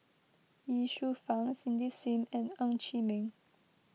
Ye Shufang Cindy Sim and Ng Chee Meng